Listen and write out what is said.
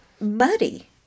muddy